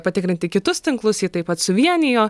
patikrinti kitus tinklus jie taip pat suvienijo